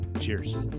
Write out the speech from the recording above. Cheers